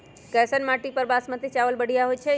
कैसन माटी पर बासमती चावल बढ़िया होई छई?